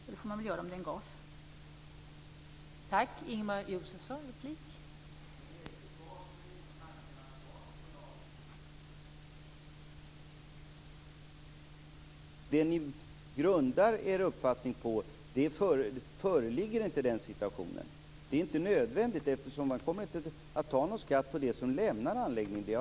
Det får man göra om det gäller gas.